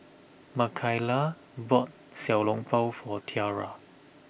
Makaila bought Xiao Long Bao for Tiara